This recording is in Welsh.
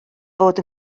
fod